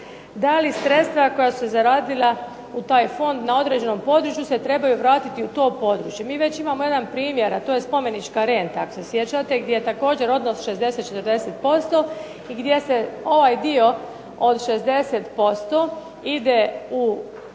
da li sredstva koja su se zaradila u taj fond na određenom području se trebaju vratiti u to područje. Mi već imamo jedan primjer a to je spomenička renta ako se sjećate gdje je također odnos 6%0:40% i gdje se ovaj dio od 60% ide u